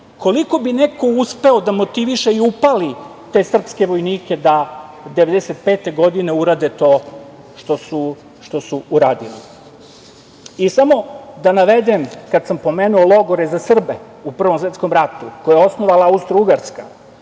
koliko bi neko uspeo da motiviše i upali te srpske vojnike da 1995. godine urade to što su uradili. Samo da navedem, kad sam pomenuo logore za Srbe u Prvom svetskom ratu, koja je osnovala Austrougarska,